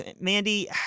Mandy